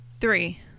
Three